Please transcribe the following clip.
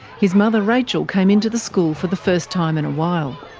his mother rachel came in to the school for the first time in a while,